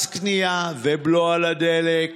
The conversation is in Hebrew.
מס קנייה, בלו על הדלק,